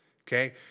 Okay